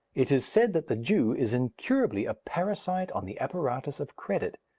it is said that the jew is incurably a parasite on the apparatus of credit.